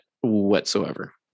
whatsoever